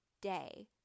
day